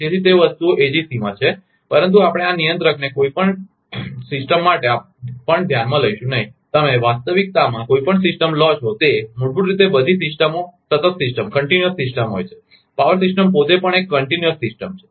તેથી તે વસ્તુઓ એજીસી માં છે પરંતુ આપણે આ નિયંત્રકને કોઈપણ સિસ્ટમ માટે પણ ધ્યાનમાં લઈશું નહીં તમે વાસ્તવિકતામાં કોઈપણ સિસ્ટમ લો છો તે મૂળભૂત રીતે બધી સિસ્ટમો સતત સિસ્ટમકંટીન્યુસ સિસ્ટમ હોય છે પાવર સિસ્ટમ પોતે પણ એક સતત સિસ્ટમ છે